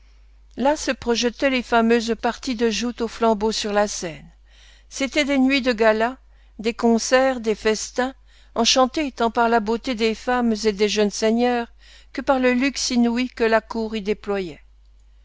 là se projetaient les fameuses parties de joutes aux flambeaux sur la seine c'étaient des nuits de gala des concerts des festins enchantés tant par la beauté des femmes et des jeunes seigneurs que par le luxe inouï que la cour y déployait